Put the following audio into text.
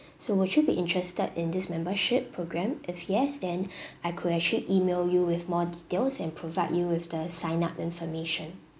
so would you be interested in this membership program if yes then I could actually email you with more details and provide you with the sign up information